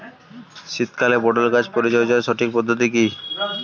শীতকালে পটল গাছ পরিচর্যার সঠিক পদ্ধতি কী?